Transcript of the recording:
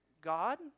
God